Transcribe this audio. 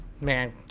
Man